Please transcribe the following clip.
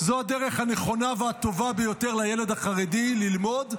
זאת הדרך הנכונה והטובה ביותר לילד החרדי ללמוד.